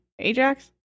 Ajax